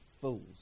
fools